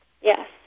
Yes